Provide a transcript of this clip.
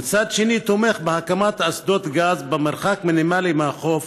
ומצד שני תומך בהקמת אסדות גז במרחק מינימלי מהחוף,